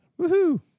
Woohoo